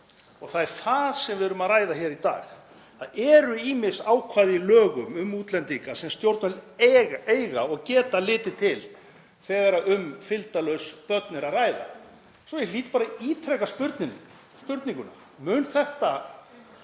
og það er það sem við erum að ræða hér í dag. Það eru ýmis ákvæði í lögum um útlendinga sem stjórnvöld eiga og geta litið til þegar um fylgdarlaus börn er að ræða. Svo ég hlýt að ítreka spurninguna: Mun þetta